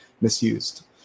misused